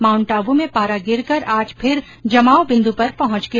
Mount Abu में पारा गिरकर आज फिर जमाव बिन्दु पर पहुंच गया